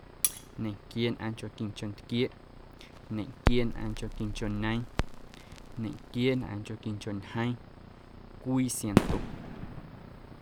Ñequieenꞌaaⁿnchonquincho ntquieeꞌ, ñequieenꞌaaⁿnchonquincho ñeeⁿ, ñequieenꞌaaⁿnchonquincho ñjeeⁿ, cwii siaⁿnto.